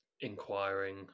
inquiring